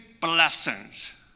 blessings